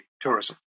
tourism